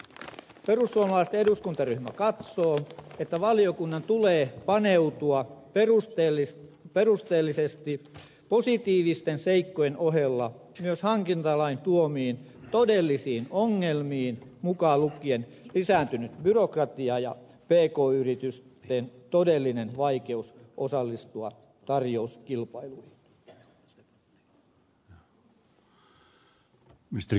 perussuomalaisten eduskuntaryhmä katsoo että valiokunnan tulee paneutua perusteellisesti positiivisten seikkojen ohella myös hankintalain tuomiin todellisiin ongelmiin mukaan lukien lisääntynyt byrokratia ja pk yritysten todellinen vaikeus osallistua tarjouskilpailuihin